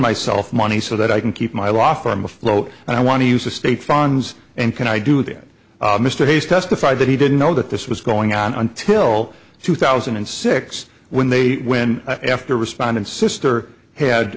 myself money so that i can keep my law firm a flow oh and i want to use the state funds and can i do that mr hayes testified that he didn't know that this was going on until two thousand and six when they when after responded sister had